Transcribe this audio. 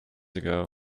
ago